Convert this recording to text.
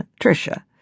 Trisha